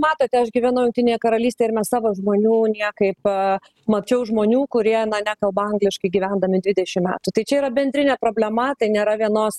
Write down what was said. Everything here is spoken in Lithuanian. matote aš gyvenau jungtinėje karalystėje ir mes savo žmonių niekaip mačiau žmonių kurie nekalba angliškai gyvendami dvidešimt metų tai čia yra bendrinė problema tai nėra vienos